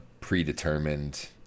predetermined